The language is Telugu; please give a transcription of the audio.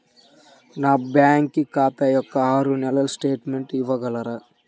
నా బ్యాంకు ఖాతా యొక్క ఆరు నెలల స్టేట్మెంట్ ఇవ్వగలరా?